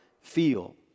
feel